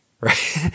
right